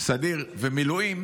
סדיר ומילואים,